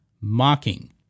mocking